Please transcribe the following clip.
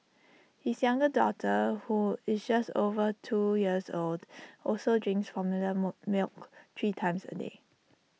his younger daughter who is just over two years old also drinks formula milk three times A day